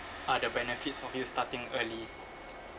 are the benefits of you starting early